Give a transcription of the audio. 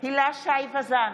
הילה שי וזאן,